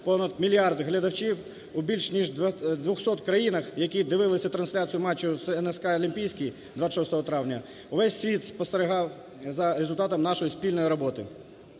понад мільярд глядачів у більш ніж 200 країнах, які дивилися трансляцію матчу з НСК "Олімпійський" 26 травня, весь світ спостерігав за результатом нашої спільної роботи.